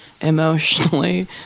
emotionally